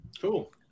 cool